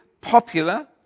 popular